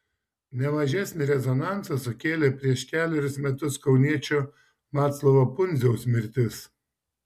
ne mažesnį rezonansą sukėlė prieš kelerius metus kauniečio vaclovo pundziaus mirtis